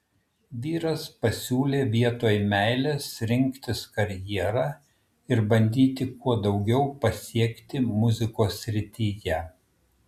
vyras pasiūlė vietoj meilės rinktis karjerą ir bandyti kuo daugiau pasiekti muzikos srityje